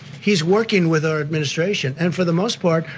he's working with our administration. and for the most part,